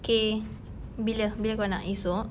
okay bila bila kau nak esok